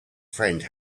friend